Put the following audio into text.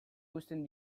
eusten